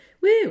Woo